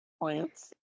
plants